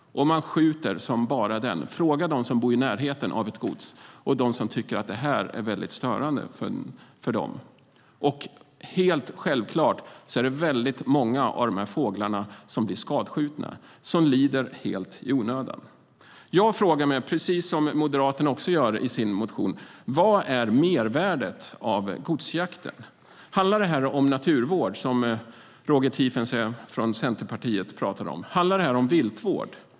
Och man skjuter som bara den - fråga dem som bor i närheten av ett gods och som tycker att det här är väldigt störande! Självklart är det många av fåglarna som blir skadskjutna och som lider helt i onödan. Jag frågar mig, precis som Moderaterna gör i sin motion: Vad är mervärdet av godsjakten? Handlar det om naturvård, som Roger Tiefensee från Centerpartiet pratade om? Handlar det om viltvård?